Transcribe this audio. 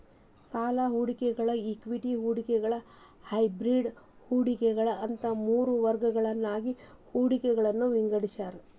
ಸಾಲ ಹೂಡಿಕೆಗಳ ಇಕ್ವಿಟಿ ಹೂಡಿಕೆಗಳ ಹೈಬ್ರಿಡ್ ಹೂಡಿಕೆಗಳ ಅಂತ ಮೂರ್ ವರ್ಗಗಳಾಗಿ ಹೂಡಿಕೆಗಳನ್ನ ವಿಂಗಡಿಸ್ಯಾರ